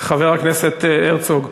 חבר הכנסת הרצוג,